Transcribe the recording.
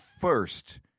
first